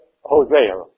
Hosea